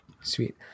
Sweet